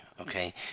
okay